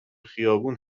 خیابون